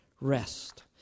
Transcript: rest